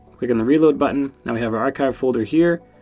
click on the reload button. now we have our archive folder here.